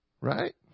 Right